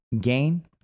gain